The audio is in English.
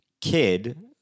kid